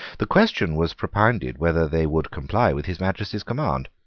the question was propounded whether they would comply with his majesty's command.